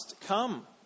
come